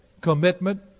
commitment